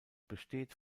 besteht